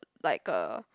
like a